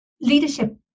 Leadership